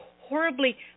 horribly